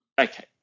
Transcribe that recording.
Okay